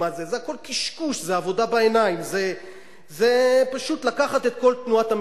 זה הכול קשקוש, זו עבודה בעיניים.